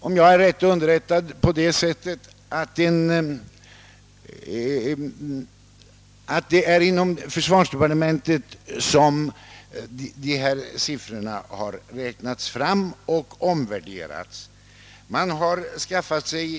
Om jag är rätt underrättad har dessa siffror räknats fram och omvärderats inom försvarsdepartementet.